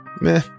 Meh